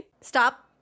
Stop